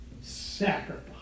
sacrifice